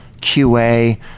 QA